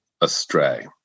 astray